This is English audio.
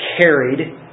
carried